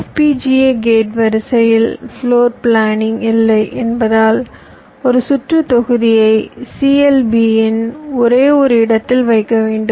FPGA gate வரிசையில் floor planning இல்லை என்பதால் ஒரு சுற்று தொகுதியை CLB இன் ஒரே ஒரு இடத்தில் வைக்க வேண்டும்